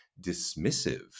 dismissive